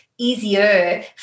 easier